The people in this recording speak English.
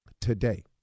today